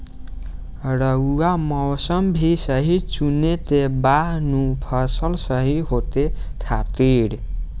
रऊआ मौसम भी सही चुने के बा नु फसल सही होखे खातिर